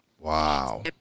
Wow